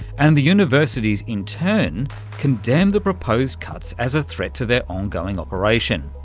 and the universities in turn condemn the proposed cuts as a threat to their ongoing operation.